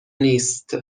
نیست